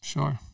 Sure